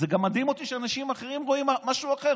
זה גם מדהים אותי שאנשים אחרים רואים משהו אחר.